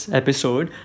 episode